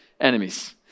enemies